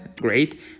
great